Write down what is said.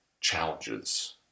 challenges